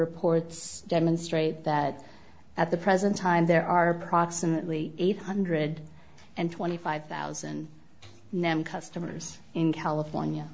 reports demonstrate that at the present time there are approximately eight hundred and twenty five thousand name customers in california